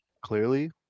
clearly